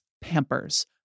Pampers